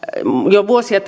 jo vuosia